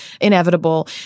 inevitable